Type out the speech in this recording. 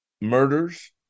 murders